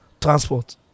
transport